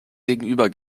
gegenüber